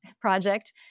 project